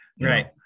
Right